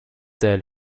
der